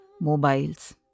mobiles